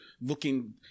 looking